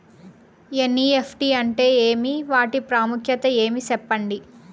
NEFT అంటే ఏమి వాటి ప్రాముఖ్యత ఏమి? సెప్పండి?